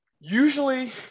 Usually